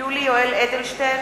יולי יואל אדלשטיין